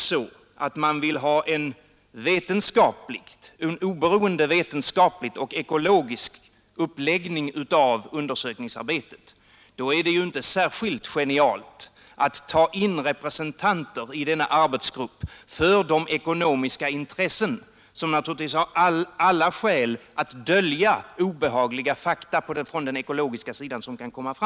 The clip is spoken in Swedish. Om man vill ha en oberoende, vetenskaplig, ekologisk uppläggning av undersökningsarbetet, är det inte särskilt genialt att ta in representanter i denna arbetsgrupp för de ekonomiska intressen som naturligtvis har alla skäl att dölja obehagliga fakta som kan komma fram på den ekologiska sidan.